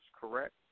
correct